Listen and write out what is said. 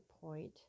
point